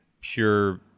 pure